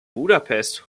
budapest